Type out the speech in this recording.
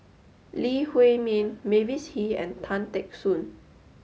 Lee Huei Min Mavis Hee and Tan Teck Soon